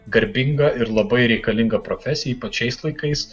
garbinga ir labai reikalinga profesija ypač šiais laikais